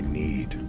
need